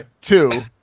two